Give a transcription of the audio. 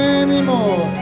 anymore